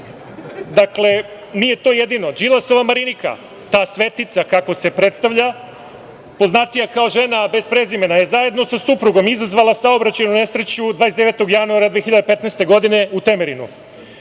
nije to jedino. Đilasova Marinika, ta svetica, kako se predstavlja, poznatija kao žena bez prezimena, je zajedno sa suprugom izazvala saobraćajnu nesreću 29. januara 2015. godine u Temerinu.